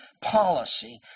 policy